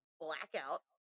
blackout